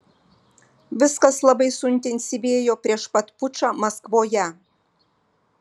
viskas labai suintensyvėjo prieš pat pučą maskvoje